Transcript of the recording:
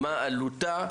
מה עלותה?